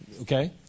okay